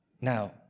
Now